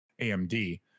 AMD